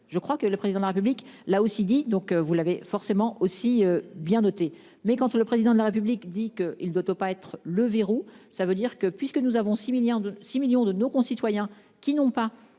Je crois que le président de la République là aussi dis donc vous l'avez forcément aussi bien noté mais quand tu le président de la République dit qu'il dote pas être le verrou. Ça veut dire que puisque nous avons 6 milliards de 6 millions de nos concitoyens qui n'ont pas